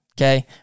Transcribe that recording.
Okay